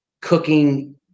cooking